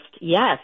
yes